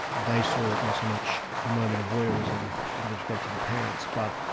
they saw it not so much a moment of voyeurism with respect to the parents, but a